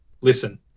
listen